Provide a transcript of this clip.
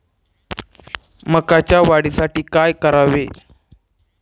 मकाच्या वाढीसाठी काय करावे?